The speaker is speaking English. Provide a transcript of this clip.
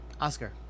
oscar